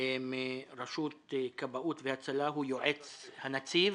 מרשות כבאות והצלה, יועץ הנציב.